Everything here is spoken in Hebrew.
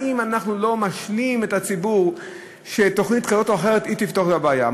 האם אנחנו לא משלים את הציבור שתוכנית כזאת או אחרת היא תפתור את הבעיה?